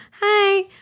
hi